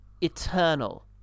eternal